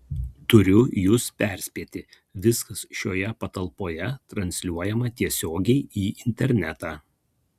turiu jus perspėti viskas šioje patalpoje transliuojama tiesiogiai į internetą